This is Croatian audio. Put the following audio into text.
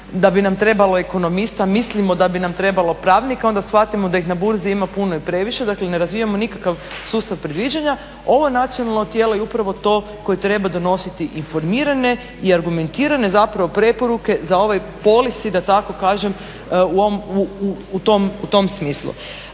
da bi nam trebalo ekonomista, mislimo da bi nam trebalo pravnika, onda shvatimo da ih na burzi ima puno i previše. Dakle ne razvijamo nikakav sustav predviđanja. Ovo nacionalno tijelo je upravo to koje treba donositi informirane i argumentirane preporuke za ovaj polis i da tako kažem u tom smislu.